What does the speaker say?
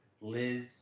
Liz